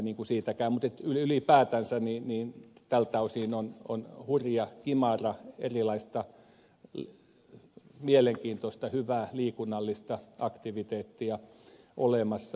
mutta ylipäätänsä tältä osin on hurja kimara erilaista mielenkiintoista hyvää liikunnallista aktiviteettia olemassa